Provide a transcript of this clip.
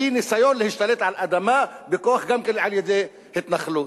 היא ניסיון להשתלט על אדמה בכוח גם כן על-ידי התנחלות.